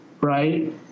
Right